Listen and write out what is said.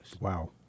Wow